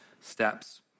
steps